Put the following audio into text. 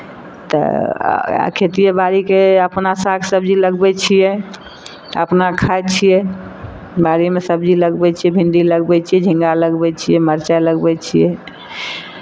तऽ आ खेतिए बाड़ीके अपना साग सबजी लगबै छियै तऽ अपना खाइ छियै बाड़ीमे सबजी लगबै छियै भिण्डी लगबै छियै झिङ्गा लगबै छियै मिरचाइ लगबै छियै